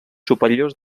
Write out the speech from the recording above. superiors